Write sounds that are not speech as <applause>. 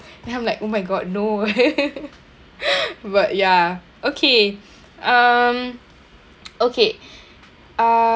then I'm like oh my god no <laughs> <breath> but ya okay um <noise> okay uh